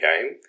game